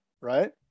right